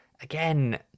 again